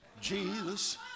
Jesus